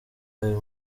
ayo